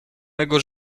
mego